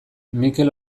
mikel